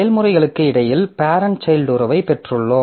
செயல்முறைகளுக்கு இடையில் parent child உறவைப் பெற்றுள்ளோம்